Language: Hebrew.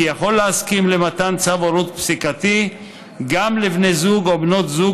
כי יכול להסכים למתן צו הורות פסיקתי גם לבני זוג או בנות זוג